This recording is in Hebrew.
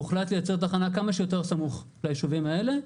הוחלט לייצר תחנה כמה שיותר סמוך ליישובים האלה,